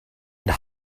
and